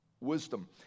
wisdom